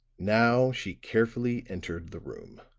now she carefully entered the room.